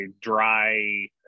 dry